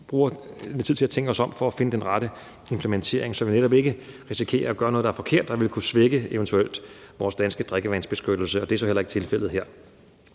bruger lidt tid på at tænke os om for at finde den rette implementering, så vi netop ikke risikerer at gøre noget, der er forkert og eventuelt kunne svække vores danske drikkevandsbeskyttelse, og det er så heller ikke tilfældet her.